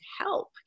help